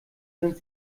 sind